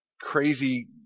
crazy